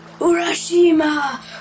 Urashima